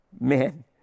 men